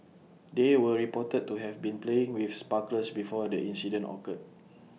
they were reported to have been playing with sparklers before the incident occurred